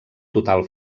total